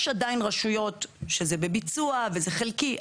יש עדיין רשויות שזה בביצוע וזה חלקי.